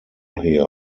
here